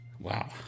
Wow